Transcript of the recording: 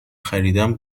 خریدم